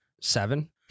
seven